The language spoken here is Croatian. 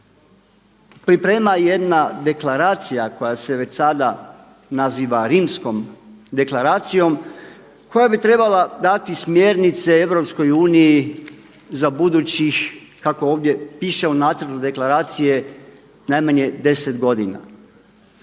priprema jedna deklaracija koja se već sada naziva Rimskom deklaracijom koja bi trebala dati smjernice EU za budućih kako ovdje piše u nacrtu deklaracije najmanje 10 godina.